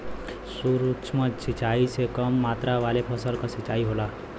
सूक्ष्म सिंचाई से कम मात्रा वाले फसल क सिंचाई होला